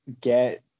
get